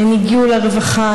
הן הגיעו לרווחה,